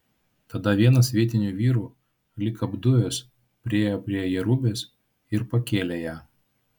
tada vienas vietinių vyrų lyg apdujęs priėjo prie jerubės ir pakėlė ją